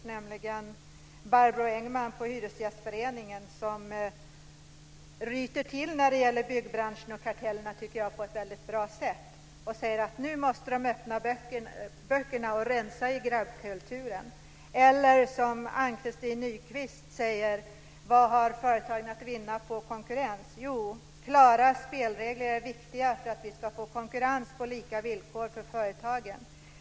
Dels gäller det Barbro Engman hos Hyresgästföreningen som, tycker jag, på ett väldigt bra sätt ryter till när det gäller byggbranschen och kartellerna. Hon säger att de nu måste öppna böckerna och rensa i grabbkulturen. Dels gäller det Ann-Christin Nykvist som under rubriken "Vad har företagen att vinna på konkurrens?" "Klara spelregler är viktigt för att vi ska få konkurrens på lika villkor för företagen.